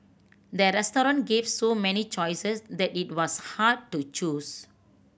the restaurant gave so many choices that it was hard to choose